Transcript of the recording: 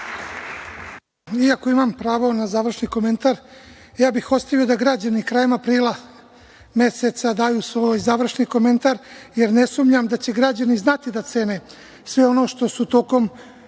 Iako imam pravo na završni komentar, ja bih ostavio da građani krajem aprila meseca daju svoj završni komentar, jer ne sumnjam da će građani znati da cene sve ono što su tokom